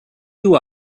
you